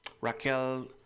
Raquel